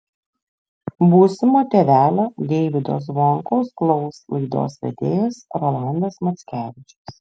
būsimo tėvelio deivydo zvonkaus klaus laidos vedėjas rolandas mackevičius